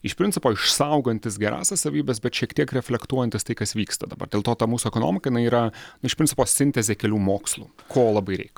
iš principo išsaugantis gerąsias savybes bet šiek tiek reflektuojantis tai kas vyksta dabar dėl to ta mūsų ekonomika jinai yra iš principo sintezė kelių mokslų ko labai reik